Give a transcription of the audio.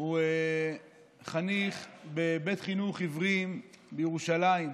הוא חניך בבית חינוך עיוורים בירושלים,